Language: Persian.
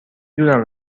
دونم